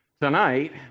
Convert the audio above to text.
tonight